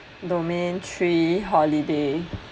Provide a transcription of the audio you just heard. domain three holiday